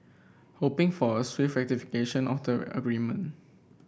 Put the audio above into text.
hoping for a swift ratification of the agreement